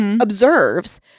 observes